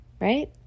right